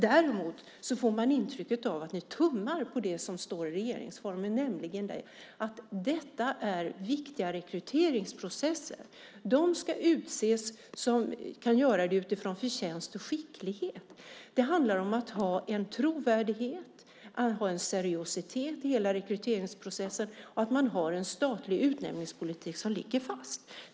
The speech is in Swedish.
Däremot får man intryck av att ni tummar på det som står i regeringsformen, nämligen att detta är viktiga rekryteringsprocesser. De ska utses som kan utses utifrån förtjänst och skicklighet. Det handlar om att ha en trovärdighet och en seriositet genom hela rekryteringsprocessen och att man har en statlig utnämningspolitik som ligger fast.